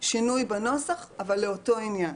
בשינוי בנוסח, אבל לאותו עניין.